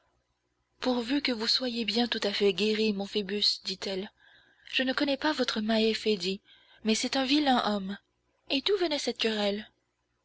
pourvu que vous soyez bien tout à fait guéri mon phoebus dit-elle je ne connais pas votre mahé fédy mais c'est un vilain homme et d'où venait cette querelle